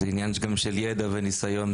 זה עניין גם של ידע וניסיון.